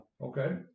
Okay